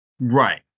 Right